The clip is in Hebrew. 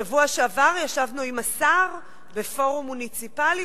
בשבוע שעבר ישבנו עם השר בפורום מוניציפלי,